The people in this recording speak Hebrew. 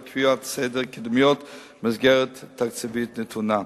קביעת סדר קדימויות במסגרת תקציבית נתונה.